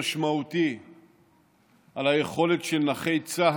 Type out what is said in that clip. לבין תגמולי המחיה שאותם הוא מקבל וזכאי לקבל.